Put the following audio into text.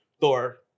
Thor